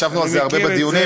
ישבנו על זה הרבה בדיונים.